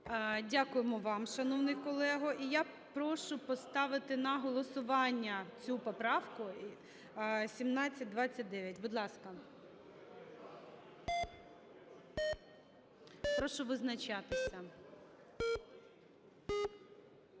Дякуємо вам, шановний колего. І я прошу поставити на голосування цю поправку 1729. Будь ласка, прошу визначатися.